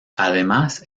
además